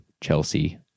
Chelsea